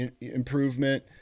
improvement